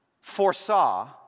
foresaw